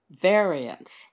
variance